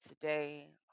today